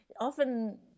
Often